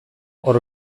hor